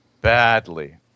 badly